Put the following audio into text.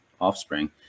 offspring